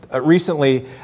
Recently